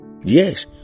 Yes